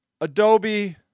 Adobe